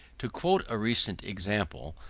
to quote a recent example.